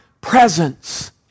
presence